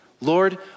Lord